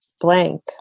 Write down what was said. blank